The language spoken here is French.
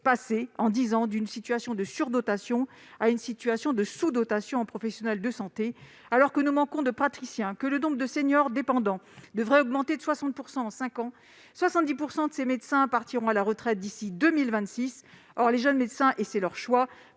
passée en dix ans d'une situation de surdotation à une situation de sous-dotation en professionnels de santé. Alors que nous manquons de praticiens et que le nombre de seniors dépendants devrait augmenter de 60 % en cinq ans, 70 % de ces médecins partiront à la retraite d'ici à 2026. Or les jeunes médecins, et leur choix